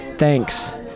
Thanks